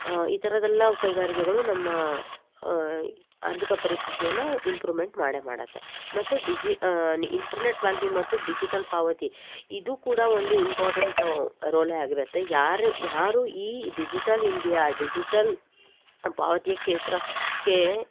ಈ ಥರದ್ದೆಲ್ಲ ಕೈಗಾರಿಕೆಗಳು ನಮ್ಮ ಆರ್ಥಿಕ ಪರಿಸ್ಥಿತಿಯನ್ನ ಇಂಪ್ರೂಮೆಂಟ್ ಮಾಡೇ ಮಾಡುತ್ತೆ ಮತ್ತು ಡಿಜಿ ನಿ ಇಂಟರ್ನೆಟ್ ಬ್ಯಾಂಕಿಂಗ್ ಮತ್ತು ಡಿಜಿಟಲ್ ಪಾವತಿ ಇದು ಕೂಡ ಒಂದು ಇಂಪಾರ್ಟೆಂಟ್ ರೋಲೆ ಆಗಿರುತ್ತೆ ಯಾರು ಯಾರು ಈ ಡಿಜಿಟಲ್ ಇಂಡಿಯಾ ಡಿಜಿಟಲ್ ಪಾವತಿಯ ಕ್ಷೇತ್ರ ಕ್ಕೇ